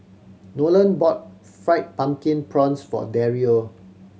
Nolan bought Fried Pumpkin Prawns for Dario